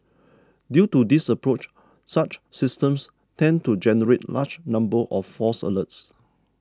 due to this approach such systems tend to generate large numbers of false alerts